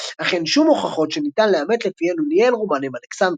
אך אין שום הוכחות שניתן לאמת לפיהן הוא ניהל רומן עם אלכסנדרה.